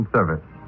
Service